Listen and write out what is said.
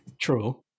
True